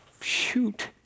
shoot